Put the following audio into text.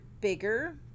bigger